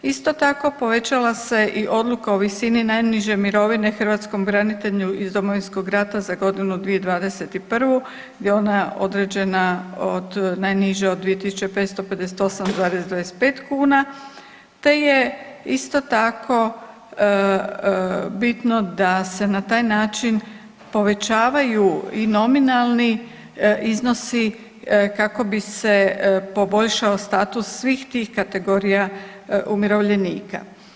Isto tako povećala se i odluka o visini najniže mirovine hrvatskom branitelju iz Domovinskog rata za godinu 2021. gdje je ona određena od najniže od 2.558,25 kuna te je isto tako bitno da se na taj način povećavaju i nominalni iznosi kako bi se poboljšao status svih tih kategorija umirovljenika.